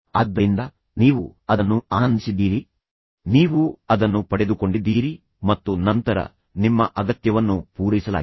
ಆದ್ದರಿಂದ ನೀವು ಅದನ್ನು ಆನಂದಿಸಿದ್ದೀರಿ ನೀವು ಅದನ್ನು ಪಡೆದುಕೊಂಡಿದ್ದೀರಿ ಮತ್ತು ನಂತರ ನಿಮ್ಮ ಅಗತ್ಯವನ್ನು ಪೂರೈಸಲಾಗಿದೆ